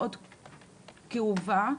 מאוד כאובה.